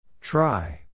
Try